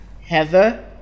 Heather